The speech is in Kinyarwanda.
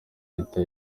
leta